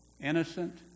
innocent